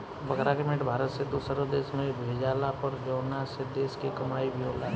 बकरा के मीट भारत से दुसरो देश में भेजाला पर जवना से देश के कमाई भी होला